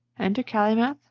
enter calymath,